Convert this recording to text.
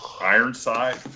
Ironside